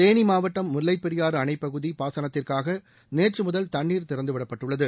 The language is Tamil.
தேனி மாவட்டம் முல்லைப்பெரியாறு அணைப் பகுதி பாசனத்திற்காக நேற்றுமுதல் தண்ணீர் திறந்துவிடப்பட்டுள்ளது